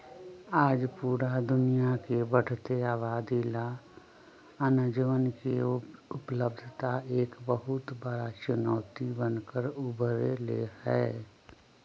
आज पूरा दुनिया के बढ़ते आबादी ला अनजवन के उपलब्धता एक बहुत बड़ा चुनौती बन कर उभर ले है